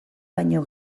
baino